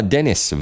Dennis